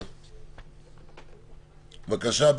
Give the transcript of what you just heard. בבקשה.